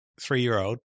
three-year-old